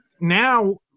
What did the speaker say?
now